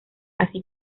así